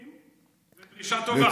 זו דרישה טובה.